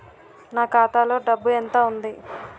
నా ఖాతాలో డబ్బు ఎంత ఉంది?